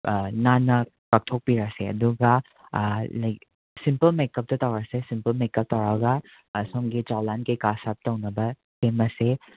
ꯅꯥꯟꯅ ꯇꯛꯊꯣꯛꯄꯤꯔꯁꯦ ꯑꯗꯨꯒ ꯂꯥꯏꯛ ꯁꯤꯝꯄꯜ ꯃꯦꯛ ꯑꯞꯇ ꯇꯧꯔꯁꯦ ꯁꯤꯝꯄꯜ ꯃꯦꯛ ꯑꯞ ꯇꯧꯔꯒ ꯁꯣꯝꯒꯤ ꯖꯣꯂꯥꯏꯟ ꯀꯩ ꯀꯥ ꯁꯔꯞ ꯇꯧꯅꯕ ꯁꯦꯝꯃꯁꯦ